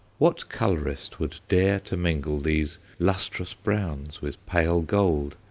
what colourist would dare to mingle these lustrous browns with pale gold,